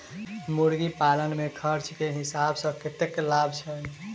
मुर्गी पालन मे खर्च केँ हिसाब सऽ कतेक लाभ छैय?